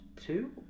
Two